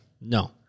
No